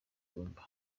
inyumba